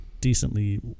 decently